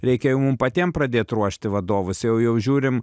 reikia jau mum patiem pradėt ruošti vadovus jau jau žiūrim